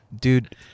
dude